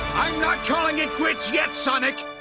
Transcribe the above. i'm not calling it quits yet, sonic.